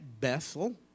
Bethel